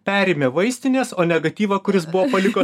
perimė vaistinės o negatyvo kuris buvo paliko